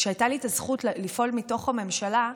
כשהייתה לי את הזכות לפעול מתוך הממשלה,